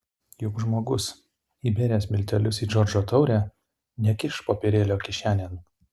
juk žmogus įbėręs miltelius į džordžo taurę nekiš popierėlio kišenėn